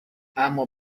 اما